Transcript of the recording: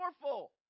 powerful